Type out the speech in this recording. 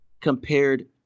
compared